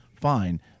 fine